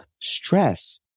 stress